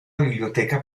biblioteca